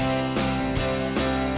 and